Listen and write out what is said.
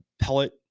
pellet